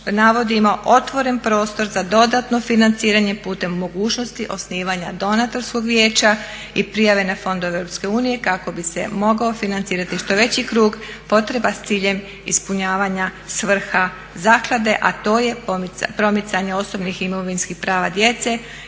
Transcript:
navodimo otvoren prostor za dodatno financiranje putem mogućnosti osnivanja donatorskog vijeća i prijave na fondove EU kako bi se mogao financirati što veći krug potreba s ciljem ispunjavanja svrha zaklade, a to je promicanje osobnih imovinskih prava djece